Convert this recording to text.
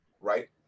right